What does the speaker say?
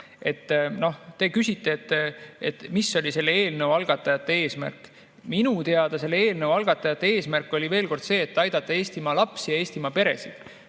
Te küsite, mis oli selle eelnõu algatajate eesmärk. Minu teada selle eelnõu algatajate eesmärk oli, veel kord, see, et aidata Eestimaa lapsi ja Eestimaa peresid.